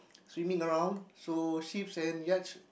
swimming around so ships and yacht